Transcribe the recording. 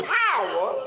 power